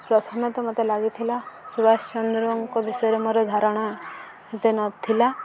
ପ୍ରଥମେ ତ ମୋତେ ଲାଗିଥିଲା ସୁବାଷ ଚନ୍ଦ୍ରଙ୍କ ବିଷୟରେ ମୋର ଧାରଣା ମୋତେ ନଥିଲା